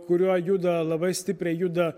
kuriuo juda labai stipriai juda